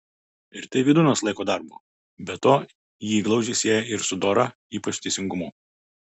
ir tai vydūnas laiko darbu be to jį glaudžiai sieja ir su dora ypač teisingumu